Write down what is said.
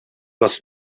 was